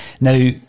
Now